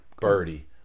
birdie